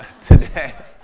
today